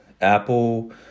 Apple